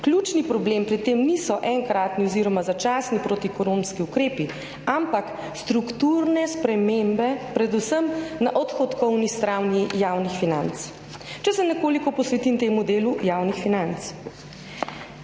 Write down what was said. Ključni problem pri tem niso enkratni oziroma začasni protikoronski ukrepi, ampak strukturne spremembe predvsem na odhodkovni strani javnih financ. Naj se nekoliko posvetim temu delu javnih financ.